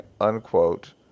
unquote